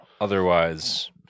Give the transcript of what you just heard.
otherwise